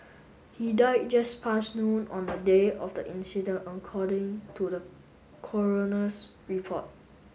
he died just past noon on the day of the incident according to the coroner's report